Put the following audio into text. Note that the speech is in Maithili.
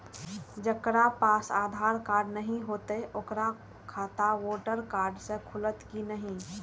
जकरा पास आधार कार्ड नहीं हेते ओकर खाता वोटर कार्ड से खुलत कि नहीं?